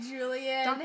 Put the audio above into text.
Julian